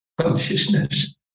consciousness